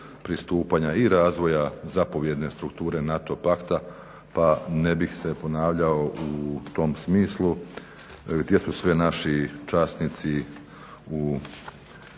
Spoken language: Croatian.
pristupanja i razvoja zapovjedne strukture NATO pakta pa ne bih se ponavljao u tom smislu, gdje su sve naši časnici u